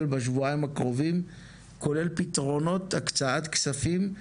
בשבועיים הקרובים כולל פתרונות הקצאת כספים,